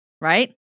Right